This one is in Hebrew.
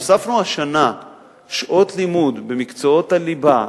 כשהוספנו השנה שעות לימוד במקצועות הליבה,